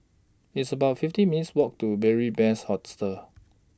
It's about fifty minutes' Walk to Beary Best Hostel